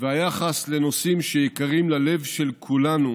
והיחס לנושאים שיקרים ללב של כולנו